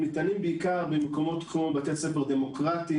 הם ניתנים בעיקר במקומות כמו בתי ספר דמוקרטיים,